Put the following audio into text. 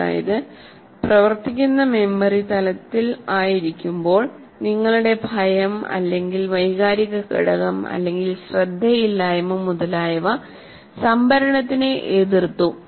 അതായത് പ്രവർത്തിക്കുന്ന മെമ്മറി തലത്തിൽആയിരിക്കുമ്പോൾ നിങ്ങളുടെ ഭയം അല്ലെങ്കിൽ വൈകാരിക ഘടകം അല്ലെങ്കിൽ ശ്രദ്ധയില്ലായ്മ മുതലായവ സംഭരണത്തിനെ എതിർത്തു